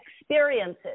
experiences